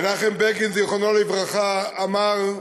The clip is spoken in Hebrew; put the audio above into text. מנחם בגין, זיכרונו לברכה, אמר: